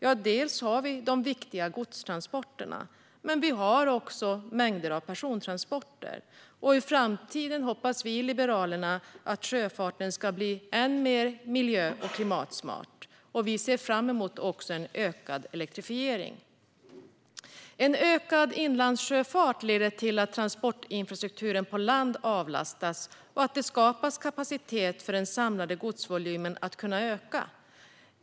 Vi har dels de viktiga godstransporterna, dels mängder av persontransporter. Liberalerna hoppas att sjöfarten ska bli ännu mer miljö och klimatsmart i framtiden, och vi ser också fram emot en ökad elektrifiering. En ökad inlandssjöfart leder till att transportinfrastrukturen på land avlastas och att det skapas kapacitet för den samlade godsvolymen att kunna öka.